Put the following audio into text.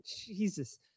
Jesus